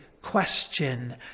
question